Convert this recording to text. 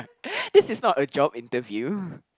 this is not a job interview